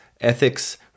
ethics